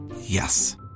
Yes